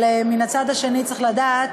אבל מהצד האחר צריך לדעת